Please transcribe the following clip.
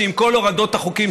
עם כל הורדות החוקים,